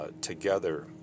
together